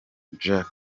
jack